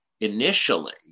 initially